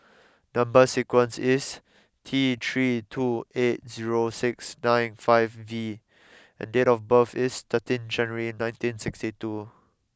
number sequence is T three two eight zero six nine five V and date of birth is thirteenth January nineteen sixty two